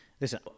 listen